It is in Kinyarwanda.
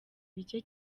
bike